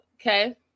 okay